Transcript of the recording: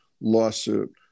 lawsuit